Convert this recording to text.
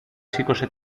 σήκωσε